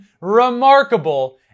remarkable